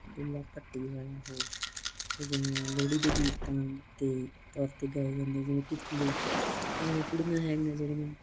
ਦੁੱਲ ਭੱਟੀ ਵਾਲਾ ਹੋ ਜਿਵੇਂ ਲੋਹੜੀ ਦੀ ਗੀਤਾਂ ਦੇ ਤੌਰ 'ਤੇ ਗਏ ਜਾਂਦੇ ਜਿਵੇਂ ਕਿੱਕਲੀ ਜਿਵੇਂ ਕੁੜੀਆਂ ਹੈਗੀਆਂ ਜਿਹੜੀਆਂ